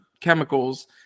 chemicals